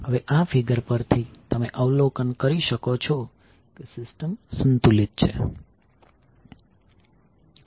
હવે આ ફિગર પરથી તમે અવલોકન કરી શકો છો કે સિસ્ટમ સંતુલિત છે